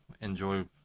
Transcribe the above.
enjoy